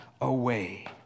away